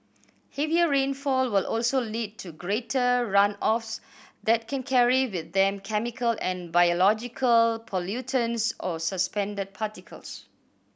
heavier rainfall will also lead to greater runoffs that can carry with them chemical and biological pollutants or suspended particles